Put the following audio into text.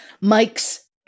Mike's